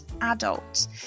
adult